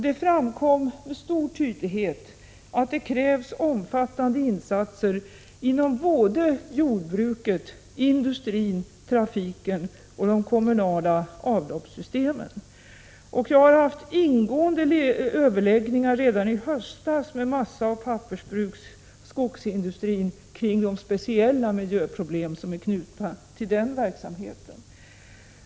Det framkom mycket klart att det krävs omfattande insatser inom såväl jordbruket som industrin, trafiken och de kommunala avloppssystemen. Jag hade ingående överläggningar redan i höstas med massa-, pappersoch skogsindustrin om de speciella miljöproblem som är knutna till den verksamheten.